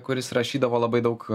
kuris rašydavo labai daug